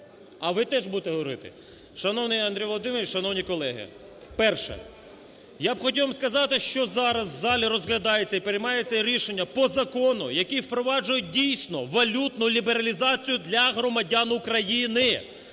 А ви теж будете говорити. Шановний Андрій Володимирович! Шановні колеги! Перше – я б хотів вам сказати, що зараз в залі розглядається і приймається рішення по закону, який впроваджує дійсно валютну лібералізацію для громадян України.